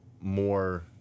more